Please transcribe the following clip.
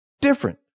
different